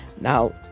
now